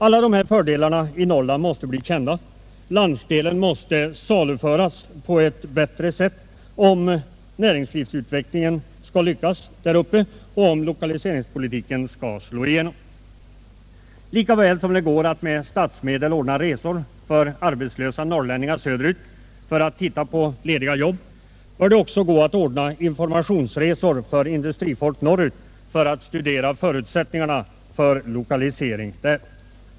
Alla dessa fördelar måste bli kända; landsdelen måste saluföras bättre om näringslivsutvecklingen skall lyckas och lokaliseringspolitiken slå igenom. Lika väl som det går att med statsmedel ordna resor söderut för arbetslösa norrlänningar för att de skall få titta på lediga jobb bör det gå att ordna informationsresor för industrifolk norrut för att studera förutsättningarna för lokalisering där.